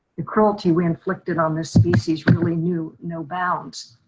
the cruelty were inflicted on this species really knew no bounds.